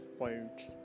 points